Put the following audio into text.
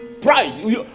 Pride